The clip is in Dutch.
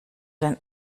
zijn